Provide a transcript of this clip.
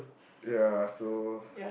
ya so